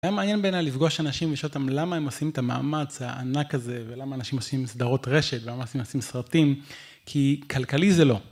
היה מעניין בעיניי לפגוש אנשים ולשאול אותם למה הם עושים את המאמץ הענק הזה, ולמה אנשים עושים סדרות רשת, ולמה אנשים עושים סרטים, כי כלכלי זה לא.